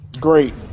Great